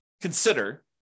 consider